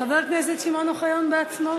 חבר הכנסת שמעון אוחיון בעצמו,